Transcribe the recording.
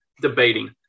debating